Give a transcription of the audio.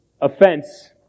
offense